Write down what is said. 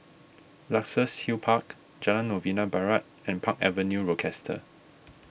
Luxus Hill Park Jalan Novena Barat and Park Avenue Rochester